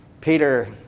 Peter